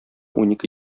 унике